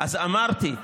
אז אמרתי,